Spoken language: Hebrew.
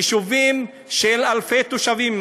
יישובים של אלפי תושבים,